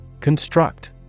Construct